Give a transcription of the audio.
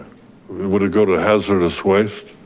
will it go to hazardous waste?